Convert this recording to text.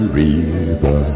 river